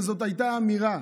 וזאת הייתה אמירה.